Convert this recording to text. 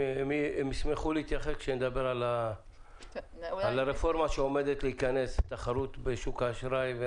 הם ישמחו להתייחס כשנדבר על הרפורמה שעומדת להיכנס לתחרות בשוק האשראי.